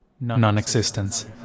non-existence